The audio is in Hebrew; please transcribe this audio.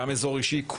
גם אזור אישי,